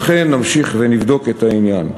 לכן, נמשיך ונבדוק את העניין.